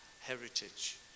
heritage